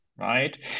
Right